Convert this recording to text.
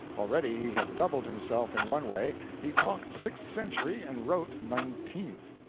already he had doubled himself in one way he talked sixth century and wrote nineteenth.